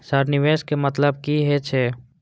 Sir निवेश के मतलब की हे छे?